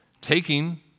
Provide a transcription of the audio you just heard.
taking